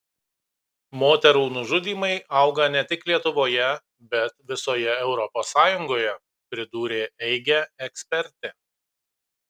moterų nužudymai auga net tik lietuvoje bet visoje europos sąjungoje pridūrė eige ekspertė